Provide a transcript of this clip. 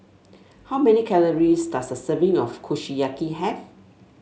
how many calories does a serving of Kushiyaki have